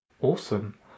Awesome